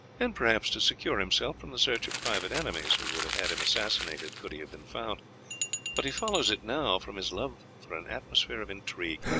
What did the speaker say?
and perhaps to secure himself from the search of private enemies who would have had him assassinated could he have been found but he follows it now from his love for an atmosphere of intrigue,